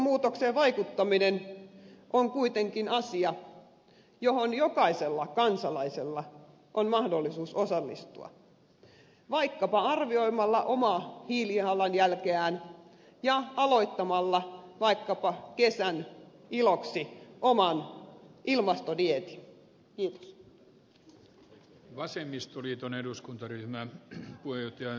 ilmastonmuutokseen vaikuttaminen on kuitenkin asia johon jokaisella kansalaisella on mahdollisuus osallistua vaikkapa arvioimalla omaa hiilijalanjälkeään ja aloittamalla vaikkapa kesän iloksi oman ilmastodieetin